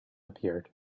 appeared